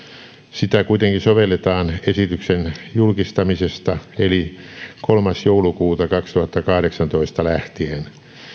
sitä kuitenkin sovelletaan esityksen julkistamisesta eli kolmas joulukuuta kaksituhattakahdeksantoista lähtien